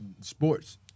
sports